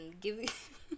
give